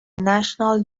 national